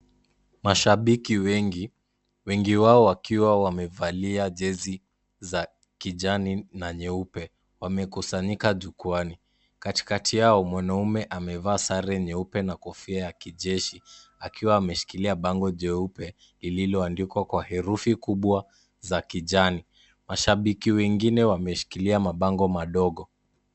Mashabiki wengi, wengi wao wakiwa wamevalia jezi za kijani na nyeupe wamekusanyika jukwaani. Katikati yao mwanaume amevaa sare nyeupe na kofia ya kijeshi akiwa ameshikilia bango jeupe lililoandikwa kwa herufi kubwa za kijani. Mashabiki wengine wameshikilia mabango madogo.